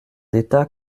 d’état